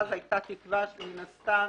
ושאז היתה תקווה מן הסתם